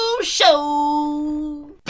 Show